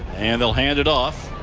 and they'll hand it off.